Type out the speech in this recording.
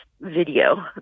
video